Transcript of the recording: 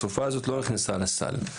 התרופה הזאת לא נכנסה לסל.